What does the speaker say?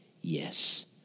yes